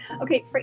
okay